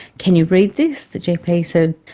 can you read this? the gp said,